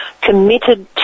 committed